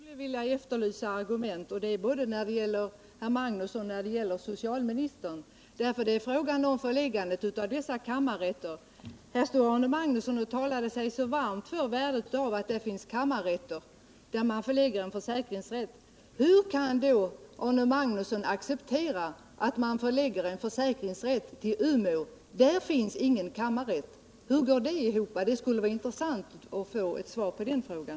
Herr talman! Även jag efterlyser argument, både från Arne Magnusson och socialministern. Här står Arne Magnusson och talar varmt för värdet av att det finns kammarrätter på de orter dit man förlägger dessa försäkringsrätter. Hur kan då Arne Magnusson acceptera förläggandet av en försäkringsrätt till Umeå? Där finns ju ingen kammarrätt. Det vore intressant att få svar på den frågan.